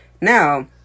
now